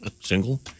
Single